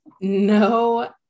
No